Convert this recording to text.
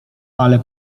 ale